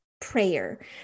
prayer